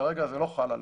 וכרגע זה לא חל עליהם,